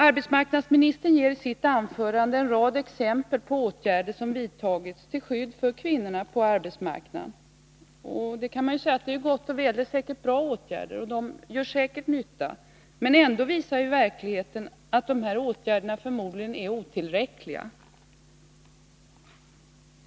Arbetsmarknadsministern ger i sitt anförande en rad exempel på åtgärder som vidtagits till skydd för kvinnorna på arbetsmarknaden. Det är gott och väl, det är bra åtgärder som säkert gör nytta. Men ändå visar verkligheten att dessa åtgärder förmodligen är otillräckliga.